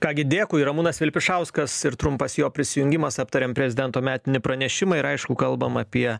ką gi dėkui ramūnas vilpišauskas ir trumpas jo prisijungimas aptariant prezidento metinį pranešimą ir aišku kalbam apie